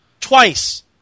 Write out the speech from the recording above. Twice